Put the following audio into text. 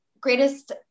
greatest